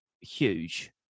huge